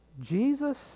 Jesus